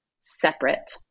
separate